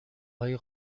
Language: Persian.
های